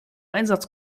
einsatz